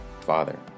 father